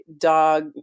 dog